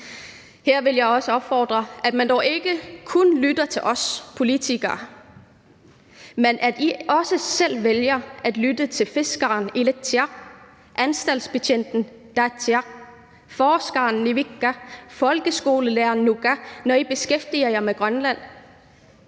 Her vil jeg også opfordre til, at man dog ikke kun lytter til os politikere, men at I også selv vælger at lytte til fiskeren, Ilatsiaq, anstaltsbetjenten, Taatsiaq, forskeren, Nivikka, folkeskolelæreren, Nuka, når I beskæftiger jer med Grønland.